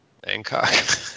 Bangkok